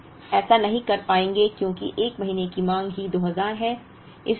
अब आप ऐसा नहीं कर पाएंगे क्योंकि 1 महीने की मांग ही 2000 है